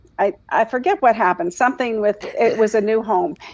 i forget what happened. something with, it was a new home.